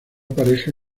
pareja